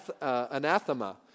anathema